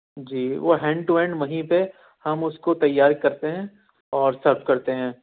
جی وہ hand to hand وہی پہ ہم اس کو تیار کرتے ہیں اور سرو کرتے ہیں